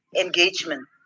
engagement